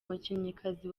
umukinnyikazi